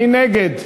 מי נגד?